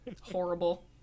Horrible